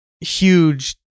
huge